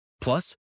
Plus